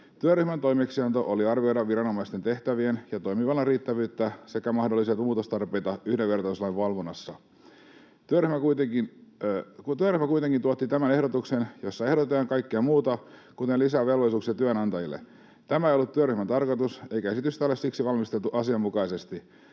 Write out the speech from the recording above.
Työryhmän toimeksianto oli arvioida viranomaisten tehtävien ja toimivallan riittävyyttä sekä mahdollisia muutostarpeita yhdenvertaisuuslain valvonnassa, mutta työryhmä kuitenkin tuotti tämän ehdotuksen, jossa ehdotetaan kaikkea muuta, kuten lisää velvollisuuksia työnantajille. Tämä ei ollut työryhmän tarkoitus, eikä esitystä ole siksi valmisteltu asianmukaisesti.